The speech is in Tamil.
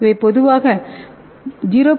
இவை பொதுவாக 0